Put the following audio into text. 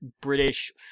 British